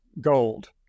gold